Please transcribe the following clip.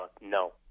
No